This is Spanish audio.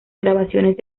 grabaciones